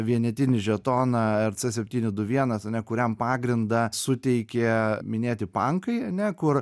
vienetinį žetoną rc septyni du vienas ane kuriam pagrindą suteikė minėti pankai ane kur